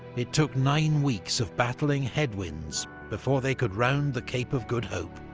it took nine weeks of battling headwinds before they could round the cape of good hope.